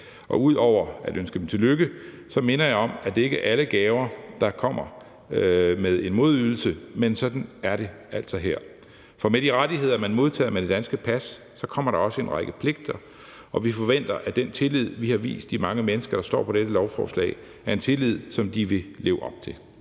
Ud over at ønske dem tillykke minder jeg også om, at det ikke er alle gaver, der kommer med en modydelse, men at det altså her er sådan. For med de rettigheder, som man modtager med det danske pas, kommer der også en række pligter, og vi forventer, at den tillid, vi har vist de mange mennesker, der står på dette lovforslag, er en tillid, som de vil leve op til.